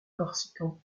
corsican